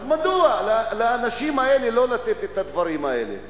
אז מדוע לא לתת לאנשים האלה את הדברים האלה?